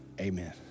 amen